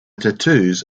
tattoos